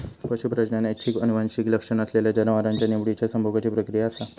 पशू प्रजनन ऐच्छिक आनुवंशिक लक्षण असलेल्या जनावरांच्या निवडिच्या संभोगाची प्रक्रिया असा